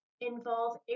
involve